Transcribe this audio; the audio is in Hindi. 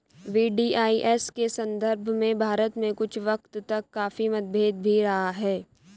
वी.डी.आई.एस के संदर्भ में भारत में कुछ वक्त तक काफी मतभेद भी रहा है